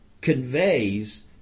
conveys